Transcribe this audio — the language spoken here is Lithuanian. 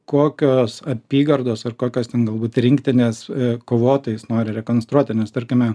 kokios apygardos ar kokios ten galbūt rinktinės kovotoją jis nori rekonstruoti nes tarkime